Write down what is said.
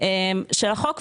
של החוק,